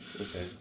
okay